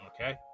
okay